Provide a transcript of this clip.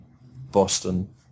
Boston